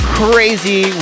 crazy